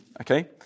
okay